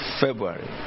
February